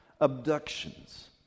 Abductions